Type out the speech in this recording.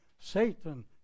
Satan